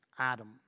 Adam